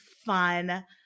fun